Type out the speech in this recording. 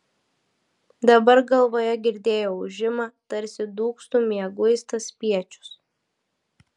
dabar galvoje girdėjo ūžimą tarsi dūgztų mieguistas spiečius